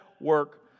work